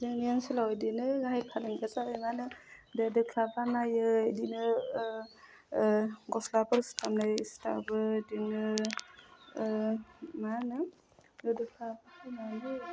जोंनि ओनसोलाव बिदिनो गाहाय फालांगिया जाबाय मानो दो दोख्ला बानायो बिदिनो गस्लाफोर सुथाबनाय सुथाबो बिदिनो मा होनो गोदोफ्रा फैनानैबो